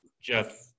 jeff